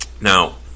Now